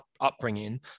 upbringing